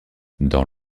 dans